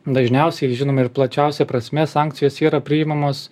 dažniausiai žinomi ir plačiausia prasme sankcijos yra priimamos